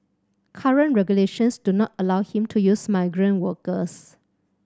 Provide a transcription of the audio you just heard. current regulations do not allow him to use migrant workers